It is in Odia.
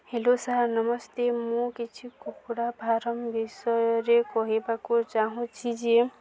ହ୍ୟାଲୋ ସାର୍ ନମସ୍ତେ ମୁଁ କିଛି କୁକୁଡ଼ା ଫାର୍ମ ବିଷୟରେ କହିବାକୁ ଚାହୁଁଛି ଯେ